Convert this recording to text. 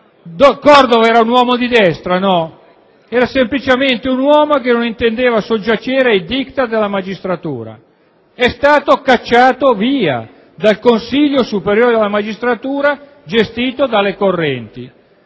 Cordova era un uomo di destra? No! Era semplicemente un uomo che non intendeva soggiacere ai *diktat* dell'ANM ed è stato cacciato via dal Consiglio superiore della magistratura, gestito dalle correnti.